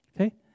okay